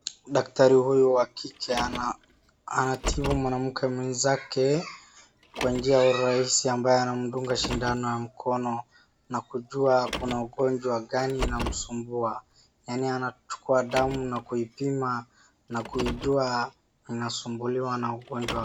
Daktari huyu wa kike anatibu mwanamke mwenzake kwa njia ya urahisi ambaye anamdunga sindano ya mkono na kujua kuna ugonjwa gani inamsumbua, yaani anachukua damu na kuipima na kujua anasumbuliwa na ugonjwa.